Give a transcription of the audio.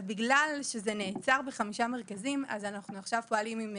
אבל בגלל שזה נעצר בחמישה מרכזים אנחנו פועלים עכשיו עם